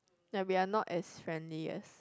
like we are not as friendly as